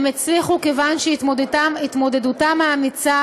הם הצליחו כיוון שהתמודדותם האמיצה